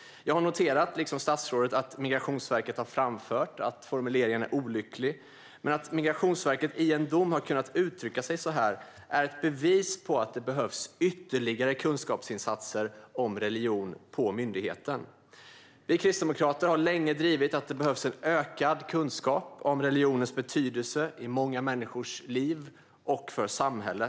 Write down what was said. Jag har liksom statsrådet noterat att Migrationsverket har framfört att formuleringen är olycklig. Men att Migrationsverket i en dom har kunnat uttrycka sig så här är ett bevis på att det behövs ytterligare kunskapsinsatser om religion på myndigheten. Vi kristdemokrater har länge drivit att det behövs en ökad kunskap om religionens betydelse i många människors liv och för samhället.